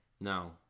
No